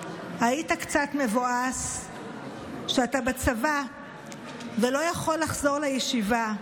היית קצת מבואס שאתה בצבא ולא יכול לחזור לישיבה".